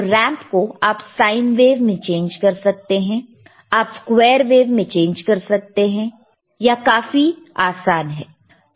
तो रैंप को आप साइन वेव में चेंज कर सकते हो आप स्क्वेयर वेव में चेंज कर सकते हो यह काफी आसान है